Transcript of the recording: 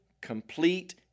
complete